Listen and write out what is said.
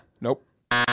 Nope